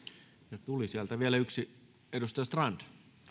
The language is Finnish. ja tuli sieltä vielä yksi edustaja strand